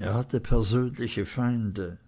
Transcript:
er hatte persönliche feinde